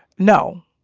no,